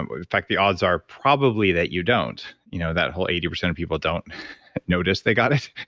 and in fact, the odds are probably that you don't, you know that whole eighty percent of people don't notice they got it.